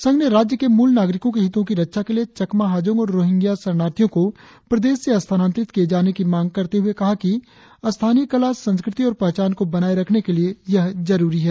संघ ने राज्य के मूल नागरिकों के हितों की रक्षा के लिए चकमा हाजोंग और रोहिग्या शरणार्थियों को प्रदेश से स्थानांतरित किए जाने की मांग करते हुए कहा कि स्थानीय कला संस्कृति और पहचान को बनाए रखने के लिए यह जरुरी है